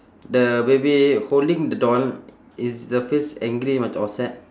the baby holding the doll is the face angry macam or sad